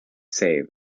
saved